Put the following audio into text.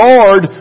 Lord